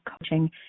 coaching